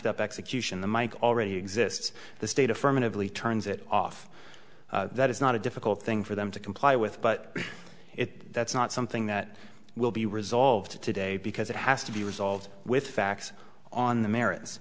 up execution the mike already exists the state affirmatively turns it off that it's not a difficult thing for them to comply with but it that's not something that will be resolved today because it has to be resolved with facts on the